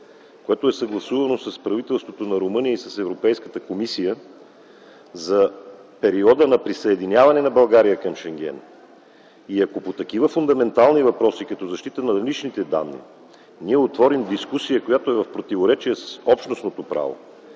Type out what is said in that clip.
което е съгласувано с правителството на Румъния и с Европейската комисия, за периода на присъединяване на България към Шенген. И ако по такива фундаментални въпроси като защита на личните данни ние отворим дискусия, която е в противоречие с общностното право,